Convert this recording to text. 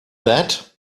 that